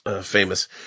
Famous